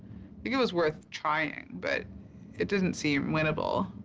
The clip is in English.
it it was worth trying but it doesn't seem winnable.